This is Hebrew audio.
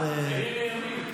צעיר בימים.